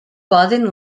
poden